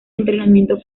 entrenamiento